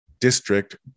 district